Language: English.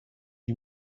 you